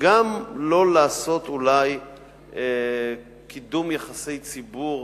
וגם לא לעשות אולי קידום יחסי ציבור